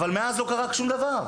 אבל מאז לא קרה שום דבר.